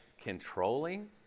controlling